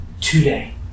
Today